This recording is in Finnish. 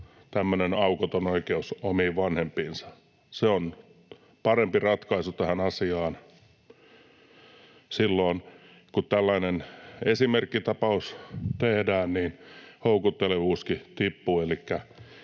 tämmöinen aukoton oikeus omiin vanhempiinsa. Se on parempi ratkaisu tähän asiaan. Silloin kun tällainen esimerkkitapaus tehdään, niin houkuttelevuuskin tippuu.